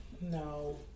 no